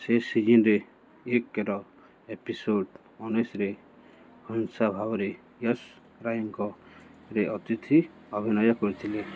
ସେ ସିଜିନ୍ରେ ଏକର ଏପିସୋଡ଼୍ ଉଣେଇଶରେ ହୁସ୍ନା ଭାବରେ ୟଶ ରାୟଙ୍କ ଅତିଥି ଅଭିନୟ କରିଥିଲେ